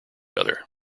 other